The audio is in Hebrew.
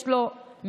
יש לו מהקופות